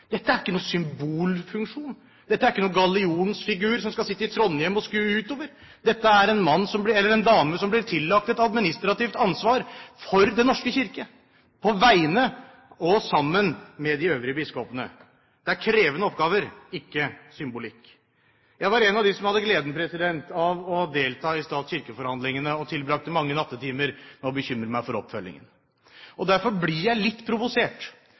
Dette er ikke noen symbolfunksjon, dette er ikke noen gallionsfigur som skal sitte i Trondheim og skue utover. Dette er en mann eller en kvinne som blir tillagt et administrativt ansvar for Den norske kirke, på vegne av og sammen med de øvrige biskopene. Det er krevende oppgaver – ikke symbolikk. Jeg var en av dem som hadde gleden av å delta i stat–kirke-forhandlingene, og tilbrakte mange nattetimer med å bekymre meg for oppfølgingen. Derfor blir jeg litt provosert